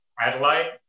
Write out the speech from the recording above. Adelaide